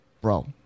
Bro